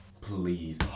Please